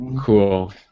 cool